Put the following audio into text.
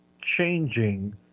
changing